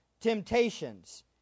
temptations